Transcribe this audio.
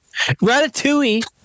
Ratatouille